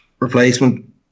replacement